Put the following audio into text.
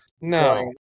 No